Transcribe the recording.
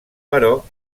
però